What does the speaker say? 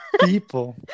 people